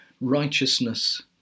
Righteousness